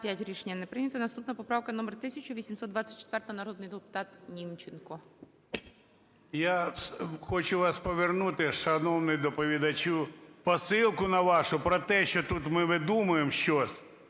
Я хочу вас повернути, шановний доповідачу, посилку на вашу про те, що тут ми видумуємо щось